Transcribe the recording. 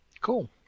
cool